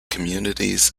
communities